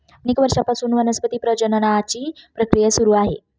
अनेक वर्षांपासून वनस्पती प्रजननाची प्रक्रिया सुरू आहे